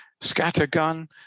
scattergun